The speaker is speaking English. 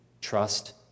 trust